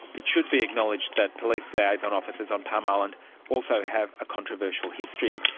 it should be acknowledged that police liaison officers on palm island also have a controversial history.